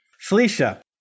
Felicia